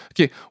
okay